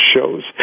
shows